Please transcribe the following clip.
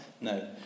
No